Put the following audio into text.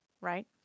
right